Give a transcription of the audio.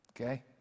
Okay